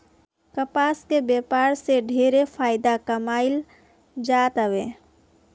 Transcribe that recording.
कपास के व्यापार से ढेरे फायदा कमाईल जातावे